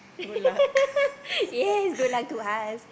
yes good luck to us